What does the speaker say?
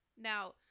Now